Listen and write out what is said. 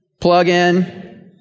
Plug-in